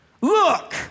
Look